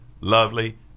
lovely